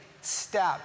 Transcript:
step